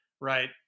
right